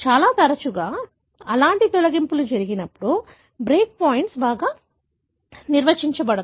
చాలా తరచుగా అలాంటి తొలగింపులు జరిగినప్పుడు బ్రేక్ పాయింట్లు బాగా నిర్వచించబడతాయి